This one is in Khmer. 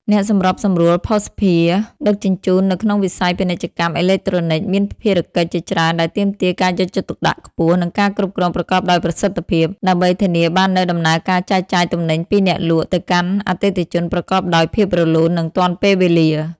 អ្នកសម្របសម្រួលភស្តុភារដឹកជញ្ជូននៅក្នុងវិស័យពាណិជ្ជកម្មអេឡិចត្រូនិក មានភារកិច្ចជាច្រើនដែលទាមទារការយកចិត្តទុកដាក់ខ្ពស់ និងការគ្រប់គ្រងប្រកបដោយប្រសិទ្ធភាព ដើម្បីធានាបាននូវដំណើរការចែកចាយទំនិញពីអ្នកលក់ទៅកាន់អតិថិជនប្រកបដោយភាពរលូន និងទាន់ពេលវេលា។